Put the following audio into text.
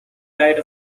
died